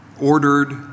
ordered